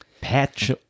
patch